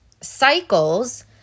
cycles